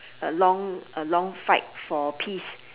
a long a long fight for peace